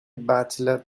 bachelor